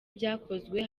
byakozwe